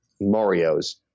mario's